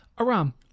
Aram